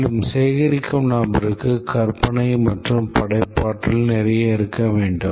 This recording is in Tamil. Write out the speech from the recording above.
மேலும் சேகரிக்கும் நபருக்கு கற்பனை மற்றும் படைப்பாற்றல் நிறைய இருக்க வேண்டும்